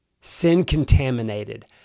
sin-contaminated